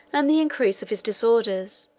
and the increase of his disorders,